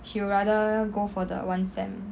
she would rather go for the one sem